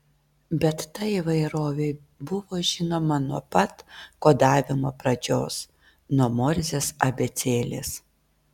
bet ta įvairovė buvo žinoma nuo pat kodavimo pradžios nuo morzės abėcėlės